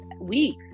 week